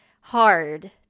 hard